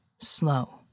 Slow